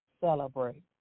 celebrate